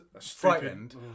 frightened